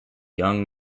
young